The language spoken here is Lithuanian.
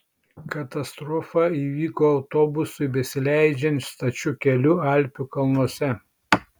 katastrofa įvyko autobusui besileidžiant stačiu keliu alpių kalnuose